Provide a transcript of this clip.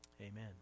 Amen